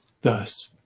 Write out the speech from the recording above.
Thus